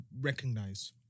recognize